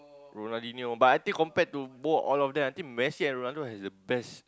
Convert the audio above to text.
Ronaldinho but I think compared to both all of them I think Messi and Ronaldo has the best